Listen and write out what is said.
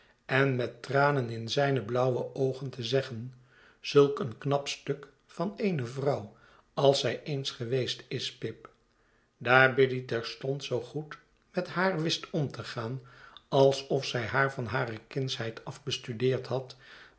en met tranen in zijne blauwe oogen te zeggen zulk een knap stuk van eene vrouw als zij eens geweest is pip daar biddy terstond zoo goed met haar wist om te gaan alsof zij haar van hare kindsheid af bestudeerd had